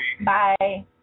Bye